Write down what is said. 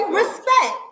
respect